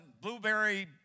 blueberry